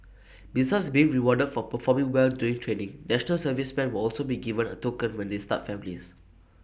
besides being rewarded for performing well during training National Serviceman will also be given A token when they start families